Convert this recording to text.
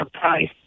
Price